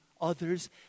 others